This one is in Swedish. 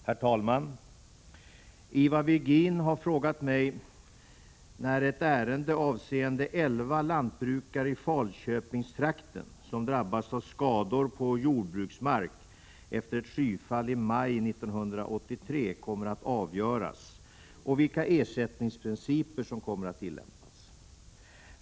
Herr talman! Ivar Virgin har frågat mig när ett ärende avseende elva lantbrukare i Falköpingstrakten som drabbats av skador på jordbruksmark efter ett skyfall i maj 1983 kommer att avgöras och vilka ersättningsprinciper som kommer att tillämpas.